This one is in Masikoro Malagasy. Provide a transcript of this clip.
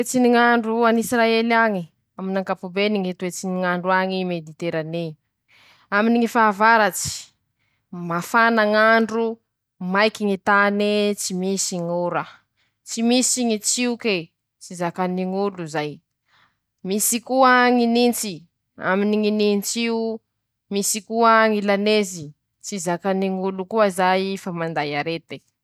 Toetsy ny ñ'andro an'Isiraely añe: Amin'ankapobeny Ñy toetsy ny ñ'andro añe mediterané, aminy ñy fahavaratsy, mafana ñ'andro, maiky ñy tane, tsy misy ñ'ora, tsy misy ñy tsioke, tsy zakany ñ'olo zay, misy koa ñy nintsy aminy ñy aminy ñy nints'io, misy koa ñy laneze, tsy zakany ñ'olo koa zay fa manday arete.